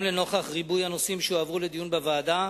גם לנוכח ריבוי הנושאים שהועברו לדיון בוועדה.